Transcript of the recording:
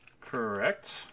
Correct